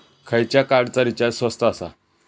खयच्या कार्डचा रिचार्ज स्वस्त आसा?